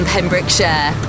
Pembrokeshire